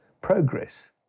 progress